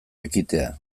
ekitea